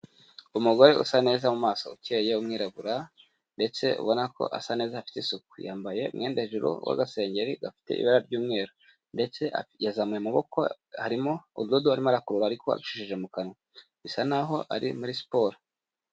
Umugore usa neza mu maso, ukeye w'umwirabura ndetse ubona ko asa neza afite isuku, yambaye umwenda hejuru w'agasengeri gafite ibara ry'umweru ndetse yazamuye amaboko harimo urudodo arimo arakurura ariko arucishije mu kanwa, bisa naho ari muri siporo.